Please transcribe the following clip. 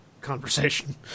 conversation